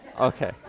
Okay